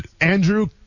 Andrew